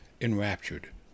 enraptured